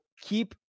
keep